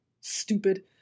stupid